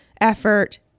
effort